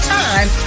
time